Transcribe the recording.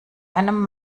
einem